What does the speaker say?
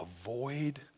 Avoid